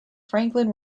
franklin